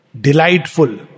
delightful